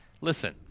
Listen